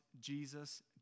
Jesus